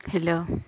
hello